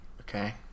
Okay